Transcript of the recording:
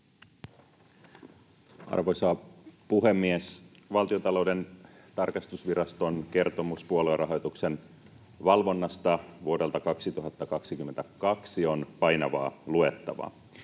Arvoisa puhemies! Valtiontalouden tarkastusviraston kertomus puoluerahoituksen valvonnasta vuodelta 2022 on painavaa luettavaa.